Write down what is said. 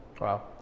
Wow